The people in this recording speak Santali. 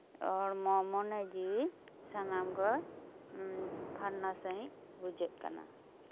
ᱦᱚᱲᱢᱚ ᱢᱚᱱᱮ ᱡᱤᱣᱤ ᱥᱟᱱᱟᱢ ᱜᱮ ᱯᱷᱟᱨᱱᱟ ᱥᱟᱺᱦᱤᱡ ᱵᱩᱡᱷᱟᱹᱜ ᱠᱟᱱᱟ